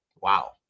Wow